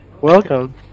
Welcome